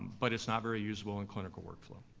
but it's not very usable in clinical workflow.